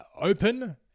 open